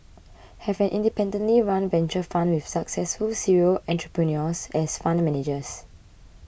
have an independently run venture fund with successful serial entrepreneurs as fund managers